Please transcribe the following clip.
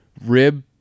rib